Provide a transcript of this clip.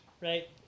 Right